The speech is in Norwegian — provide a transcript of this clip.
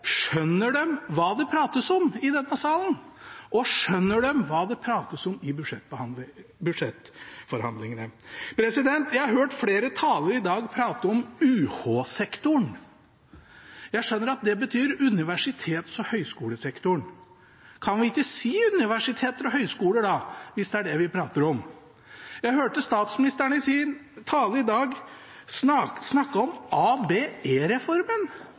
Skjønner de hva det prates om i denne salen? Og skjønner de hva det prates om i budsjettforhandlingene? Jeg har hørt flere talere i dag prate om UH-sektoren. Jeg skjønner at det betyr universitets- og høyskolesektoren. Kan vi ikke da si universiteter og høyskoler, hvis det er det vi prater om? Jeg hørte statsministeren i sin tale i dag snakke om